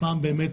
פעם באמת